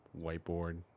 whiteboard